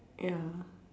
ya